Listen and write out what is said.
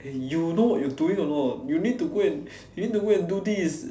you know what you doing or not you need to go and you need to go and do this